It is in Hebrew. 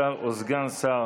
שר או סגן שר